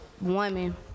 women